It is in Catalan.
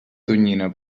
tonyina